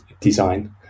design